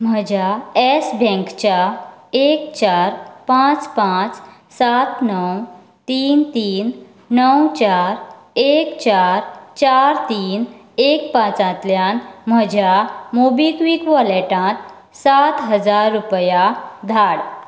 म्हज्या येस बँकच्या एक चार पांच पांच सात णव तीन तीन णव चार एक चार चार तीन एक पांचांतल्यांन म्हज्या मोबिक्विक वॉलेटांत सात हजार रुपयां धाड